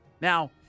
Now